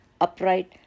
upright